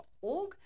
org